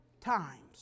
times